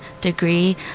degree